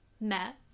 met